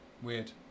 Weird